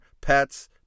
pets